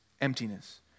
emptiness